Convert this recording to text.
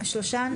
שלושה?